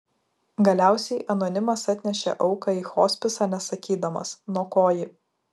galiausiai anonimas atnešė auką į hospisą nesakydamas nuo ko ji